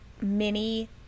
mini